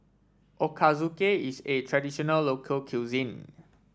Ochazuke is a traditional local cuisine